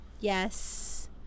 Yes